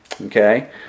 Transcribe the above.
Okay